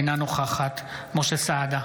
אינה נוכחת משה סעדה,